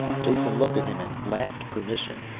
jason looked at him, and laughed permission.